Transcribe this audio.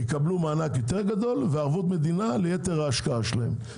יקבלו מענק יותר גדול וערבות מדינה ליתר ההשקעה שלהם,